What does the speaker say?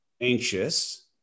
anxious